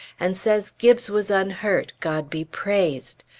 and says gibbes was unhurt, god be praised!